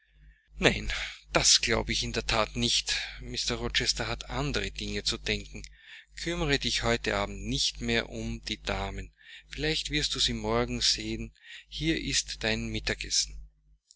nein das glaube ich in der that nicht mr rochester hat an andere dinge zu denken kümmere dich heute abend nicht mehr um die damen vielleicht wirst du sie morgen sehen hier ist dein mittagessen